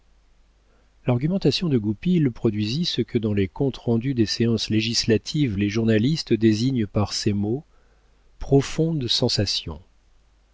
l'argumentation de goupil produisit ce que dans les comptes rendus des séances législatives les journalistes désignent par ces mots profonde sensation